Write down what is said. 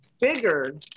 bigger